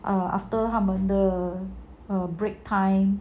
err after 他们的 break time